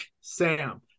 sam